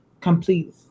Complete